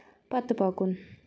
پتہٕ پکُن